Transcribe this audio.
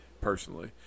personally